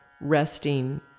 resting